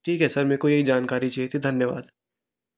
ठीक है सर मेको यही जानकारी चाहिए थी धन्यवाद